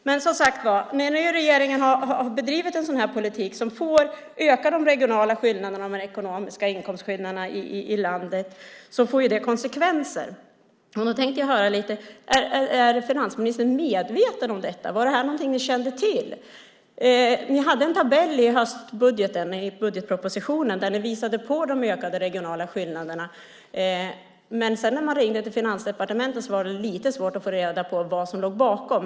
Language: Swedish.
Men, som sagt, när nu regeringen har bedrivit en sådan här politik, som ökar de regionala skillnaderna och de ekonomiska inkomstskillnaderna i landet, får det konsekvenser. Är finansministern medveten om detta? Var det här någonting ni kände till? Ni hade en tabell i höstbudgeten, i budgetpropositionen, där ni visade på de ökade regionala skillnaderna. Men när man sedan ringde till Finansdepartementet var det lite svårt att få reda på vad som låg bakom.